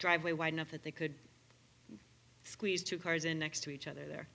driveway wide enough that they could squeeze two cars in next to each other the